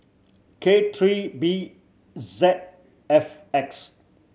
K three B Z five X